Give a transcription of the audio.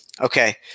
Okay